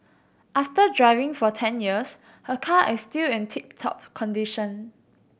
after driving for ten years her car is still in tip top condition